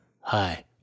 hi